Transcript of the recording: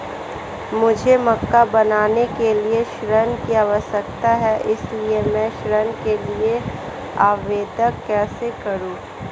मुझे मकान बनाने के लिए ऋण की आवश्यकता है इसलिए मैं ऋण के लिए आवेदन कैसे करूं?